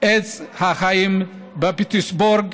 עץ החיים בפיטסבורג,